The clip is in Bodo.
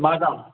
मा दाम